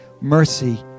mercy